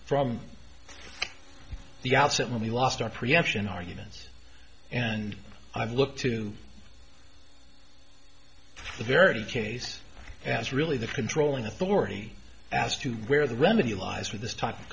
from the outset when we lost our preemption arguments and i look to the verity case that's really the controlling authority as to where the remedy lies with this type of